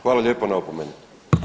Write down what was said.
Hvala lijepo na opomeni.